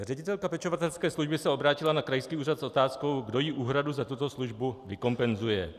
Ředitelka pečovatelské služby se obrátila na krajský úřad s otázkou, kdo jí úhradu za tuto službu vykompenzuje.